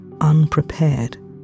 unprepared